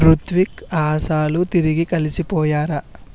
ఋత్విక్ ఆశాలు తిరిగి కలిసిపోయారా